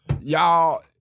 y'all